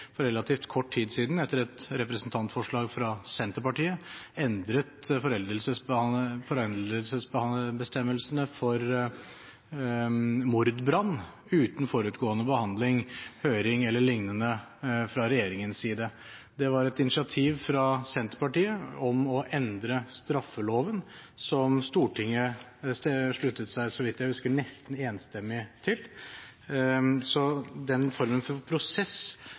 for relativt kort tid siden, etter et representantforslag fra Senterpartiet, endret foreldelsesbestemmelsene for mordbrann uten forutgående behandling, høring eller lignende fra regjeringens side. Det var et initiativ fra Senterpartiet om å endre straffeloven, som Stortinget sluttet seg – så vidt jeg husker – nesten enstemmig til. Så den formen for prosess